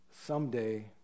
someday